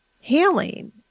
healing